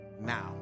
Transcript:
now